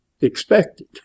expected